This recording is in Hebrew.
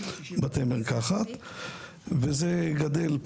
וזה גדל,